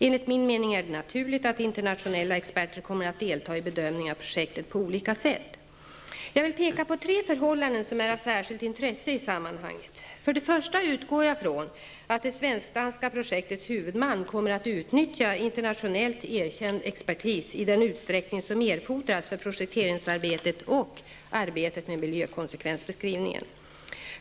Enligt min mening är det naturligt att internationella experter kommer att delta i bedömningen av projektet på olika sätt. Jag vill peka på tre förhållanden som är av särskilt intresse i sammanhanget. För det första utgår jag från att det svensk-danska projektets huvudman kommer att utnyttja internationellt erkänd expertis i den utsträckning som erfordras för projekteringsarbetet och arbetet med miljökonsekvensbeskrivningen.